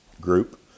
group